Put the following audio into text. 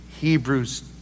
Hebrews